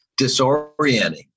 disorienting